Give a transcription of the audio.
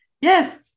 Yes